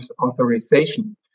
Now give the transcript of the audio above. authorization